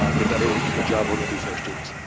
ah the better ah job we're gonna do for our students.